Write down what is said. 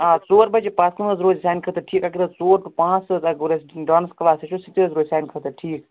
آ ژور بَجے پَتھ کُن حٲز روزِ سانہِ خٲطرٕ ٹھیٖک اگر حٲز ژور ٹُو پانژھ اَسہِ ڈانس کٕلاس حٲز چھُ سُتہِ حٲز روزِ سانہِ خٲطرٕ ٹھیٖک